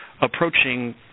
approaching